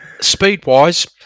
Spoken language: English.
Speed-wise